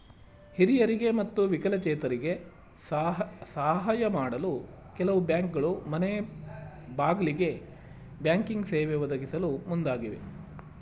ಹಿರಿಯರಿಗೆ ಮತ್ತು ವಿಕಲಚೇತರಿಗೆ ಸಾಹಯ ಮಾಡಲು ಕೆಲವು ಬ್ಯಾಂಕ್ಗಳು ಮನೆಗ್ಬಾಗಿಲಿಗೆ ಬ್ಯಾಂಕಿಂಗ್ ಸೇವೆ ಒದಗಿಸಲು ಮುಂದಾಗಿವೆ